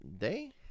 Day